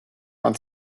man